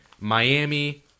Miami